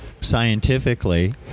Scientifically